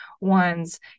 one's